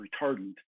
retardant